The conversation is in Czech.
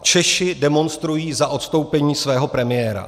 Češi demonstrují za odstoupení svého premiéra.